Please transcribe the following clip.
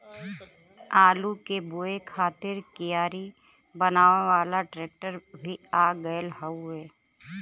आलू के बोए खातिर कियारी बनावे वाला ट्रेक्टर भी आ गयल हउवे